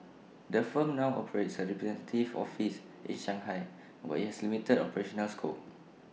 the firm now operates A representative office in Shanghai where IT has limited operational scope